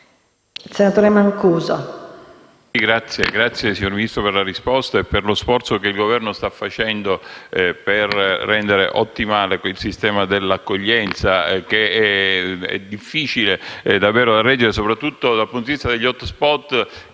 dal senatore Mancuso